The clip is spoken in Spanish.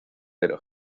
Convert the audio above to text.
pero